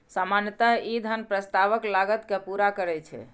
सामान्यतः ई धन प्रस्तावक लागत कें पूरा करै छै